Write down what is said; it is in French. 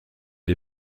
des